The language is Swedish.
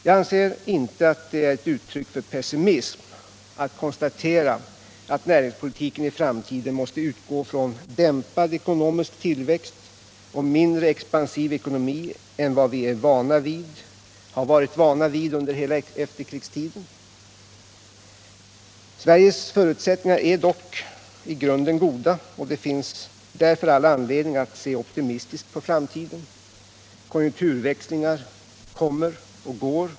Jag anser inte att det är ett uttryck för pessimism att konstatera att näringspolitiken i framtiden måste utgå från dämpad ekonomisk tillväxt och mindre expansiv ekonomi än vad vi varit vana vid under hela efterkrigstiden. Sveriges förutsättningar är dock i grunden goda, och det finns därför all anledning att se optimistiskt på framtiden. Konjunkturväxlingar kommer och går.